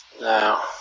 Now